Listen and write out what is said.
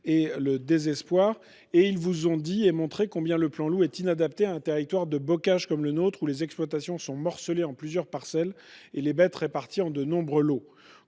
et le désespoir : ils vous ont dit et montré combien le plan Loup est inadapté à un territoire de bocage comme le nôtre, où les exploitations sont morcelées en plusieurs parcelles et les bêtes réparties en de nombreux lots.